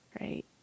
right